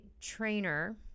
trainer